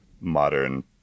modern